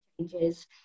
changes